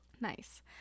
Nice